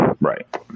Right